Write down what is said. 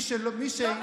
תודה.